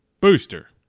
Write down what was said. Booster